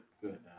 good